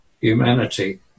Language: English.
humanity